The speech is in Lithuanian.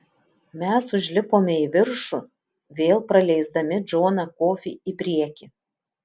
mes užlipome į viršų vėl praleisdami džoną kofį į priekį